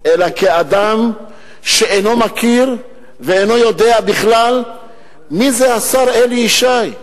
אלא כאדם שאינו מכיר ואינו יודע בכלל מי זה השר אלי ישי.